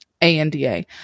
ANDA